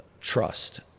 trust